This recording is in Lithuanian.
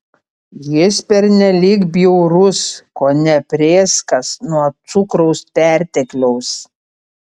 jis pernelyg bjaurus kone prėskas nuo cukraus pertekliaus